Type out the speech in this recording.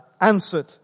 answered